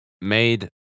Made